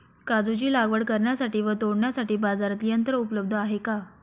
काजूची लागवड करण्यासाठी व तोडण्यासाठी बाजारात यंत्र उपलब्ध आहे का?